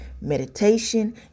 meditation